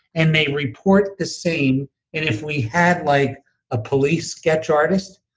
and they report the same and if we had like a police sketch artist,